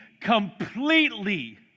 completely